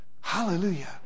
Hallelujah